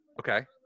Okay